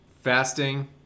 fasting